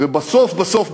ובסוף בסוף,